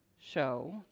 show